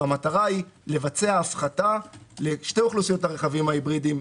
והמטרה היא לבצע הפחתה לשתי אוכלוסיות הרכבים ההיברידים,